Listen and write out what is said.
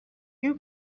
you